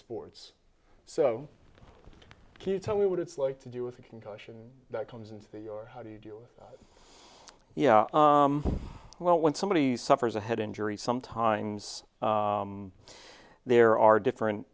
sports so can you tell me what it's like to do with a concussion that comes into your how do you deal with you know well when somebody suffers a head injury sometimes there are different